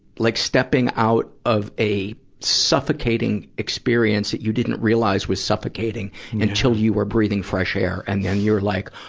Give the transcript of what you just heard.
like stepping out of a suffocating experience that you didn't realize was suffocating until you were breathing fresh air. and then you're like,